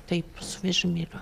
taip su vežimėliu